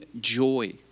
joy